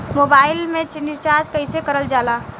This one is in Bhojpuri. मोबाइल में रिचार्ज कइसे करल जाला?